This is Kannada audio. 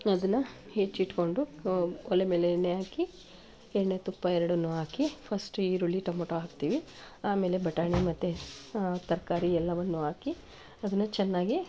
ಅದನ್ನು ಹೆಚ್ಚಿಟ್ಕೊಂಡು ಒಲೆ ಮೇಲೆ ಎಣ್ಣೆ ಹಾಕಿ ಎಣ್ಣೆ ತುಪ್ಪ ಎರಡನ್ನೂ ಹಾಕಿ ಫಸ್ಟು ಈರುಳ್ಳಿ ಟೊಮೊಟೊ ಹಾಕ್ತೀನಿ ಆಮೇಲೆ ಬಟಾಣಿ ಮತ್ತೆ ತರಕಾರಿ ಎಲ್ಲವನ್ನೂ ಹಾಕಿ ಅದನ್ನು ಚೆನ್ನಾಗಿ